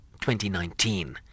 2019